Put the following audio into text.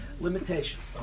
limitations